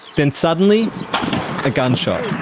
then suddenly a gunshot.